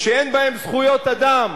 שאין בהן זכויות אדם,